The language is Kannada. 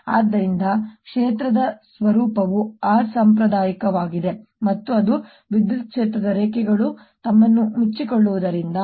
ಮತ್ತು ಆದ್ದರಿಂದ ಕ್ಷೇತ್ರದ ಸ್ವರೂಪವು ಅಸಾಂಪ್ರದಾಯಿಕವಾಗಿದೆ ಮತ್ತು ಅದು ವಿದ್ಯುತ್ ಕ್ಷೇತ್ರದ ರೇಖೆಗಳು ತಮ್ಮನ್ನು ಮುಚ್ಚಿಕೊಳ್ಳುವುದರಿಂದ